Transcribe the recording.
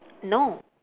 no